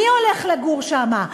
מי הולך לגור שם?